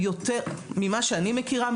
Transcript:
ממה שאני מכירה,